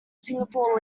singapore